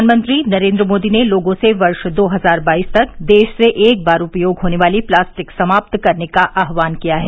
प्रधानमंत्री नरेन्द्र मोदी ने लोगों से वर्ष दो हजार बाईस तक देश से एक बार उपयोग होने वाली प्लास्टिक समाप्त करने का आह्वान किया है